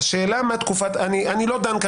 אני לא דן,